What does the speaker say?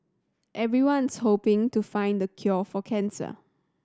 everyone's hoping to find the cure for cancer